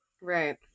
Right